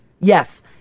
Yes